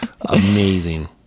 amazing